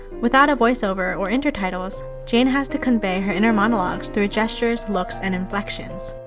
without a voiceover or intertitles, jane has to convey her inner monologues through gestures, looks, and inflections.